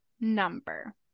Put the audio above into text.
number